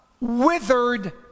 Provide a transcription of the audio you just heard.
withered